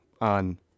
on